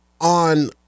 on